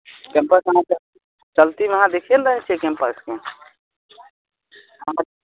से की कहै छै गयामे जे छै से गयाके